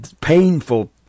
painful